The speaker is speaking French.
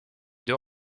deux